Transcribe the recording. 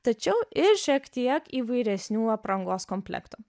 tačiau ir šiek tiek įvairesnių aprangos komplektų